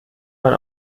man